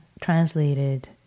translated